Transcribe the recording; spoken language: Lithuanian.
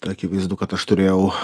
akivaizdu kad aš turėjau